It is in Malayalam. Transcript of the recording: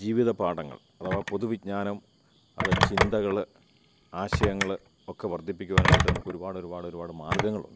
ജീവിത പാഠങ്ങൾ അഥവാ പൊതുവിജ്ഞാനം അത് ചിന്തകൾ ആശയങ്ങൾ ഒക്കെ വർധിപ്പിക്കുവാനായിട്ട് നമുക്ക് ഒരുപാട് ഒരുപാട് ഒരുപാട് മാർഗ്ഗങ്ങളുണ്ട്